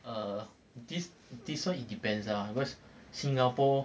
err this this one it depends ah because singapore